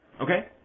Okay